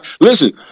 Listen